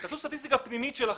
תעשו סטטיסטיקה פנימית שלכם.